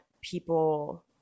people